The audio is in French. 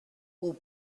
aux